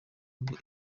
ngo